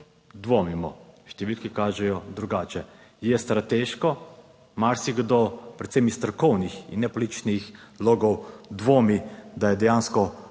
Dvomimo, številke kažejo drugače. Je strateško? Marsikdo, predvsem iz strokovnih in ne političnih logov, dvomi, da je dejansko Farma